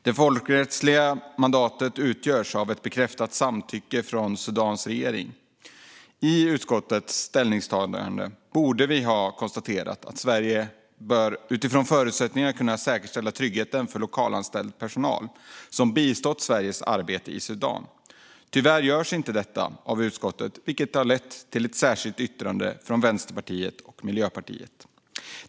Det folkrättsliga mandatet utgörs av ett bekräftat samtycke från Sudans regering. I utskottets ställningstagande borde vi ha konstaterat att Sverige även utifrån förutsättningarna bör kunna säkerställa tryggheten för lokalanställd personal som bistått Sveriges arbete i Sudan. Tyvärr görs inte detta av utskottet, vilket har lett till ett särskilt yttrande från Vänsterpartiet och Miljöpartiet.